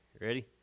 Ready